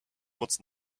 moc